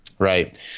Right